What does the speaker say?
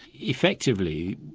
effectively,